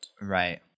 Right